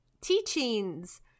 teachings